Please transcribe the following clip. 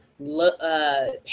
look